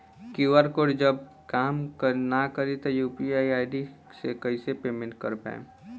QR code जब काम ना करी त यू.पी.आई आई.डी से कइसे पेमेंट कर पाएम?